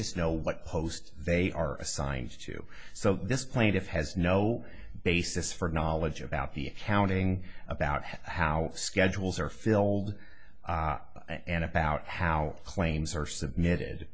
just know what post they are assigned to so this plaintiff has no basis for knowledge about the accounting about how schedules are filled and about how claims are submitted